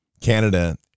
Canada